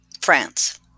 France